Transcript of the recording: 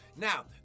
Now